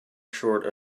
short